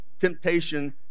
temptation